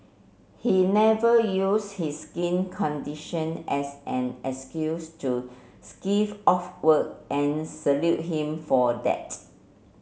he never use his skin condition as an excuse to skive off work and salute him for that